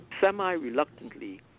semi-reluctantly